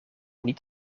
niet